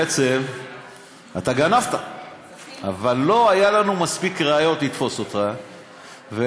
בעצם אתה גנבת אבל לא היו לנו מספיק ראיות לתפוס אותך ולכן